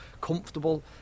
comfortable